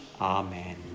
Amen